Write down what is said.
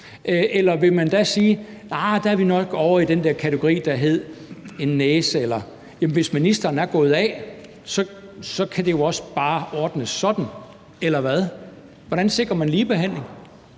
eller vil man da sige, at nej, der er vi nok ovre i den kategori, der hedder en næse? Men hvis ministeren er gået af, så kan det jo også bare ordnes sådan, eller hvad? Hvordan sikrer man ligebehandling?